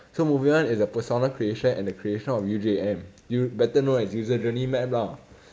so moving on is the persona creation and the creation of the U_J_M better known as user journey map lah